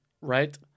right